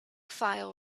file